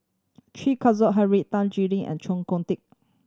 Chen Kezhan Henri Tan Chuan Jin and Chee Kong Tet